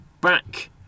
back